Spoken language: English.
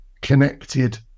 connected